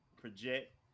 project